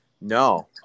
No